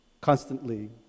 constantly